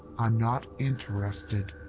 i'm not interested.